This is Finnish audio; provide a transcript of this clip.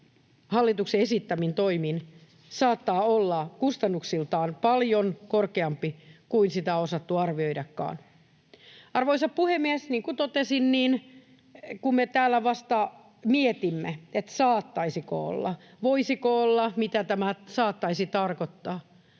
hallituksen esittämin toimin, saattaa olla kustannuksiltaan paljon korkeampi kuin on osattu arvioidakaan. Arvoisa puhemies! Niin kuin totesin, me täällä vasta mietimme, saattaisiko olla, voisiko olla, mitä tämä saattaisi tarkoittaa,